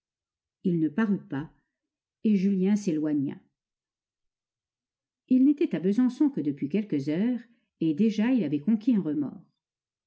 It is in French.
il ne parut pas et julien s'éloigna il n'était à besançon que depuis quelques heures et déjà il avait conquis un remords